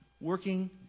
working